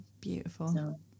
beautiful